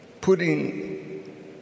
putting